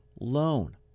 loan